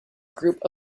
group